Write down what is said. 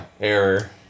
error